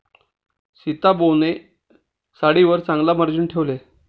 सीताबोने साडीवर चांगला मार्जिन ठेवले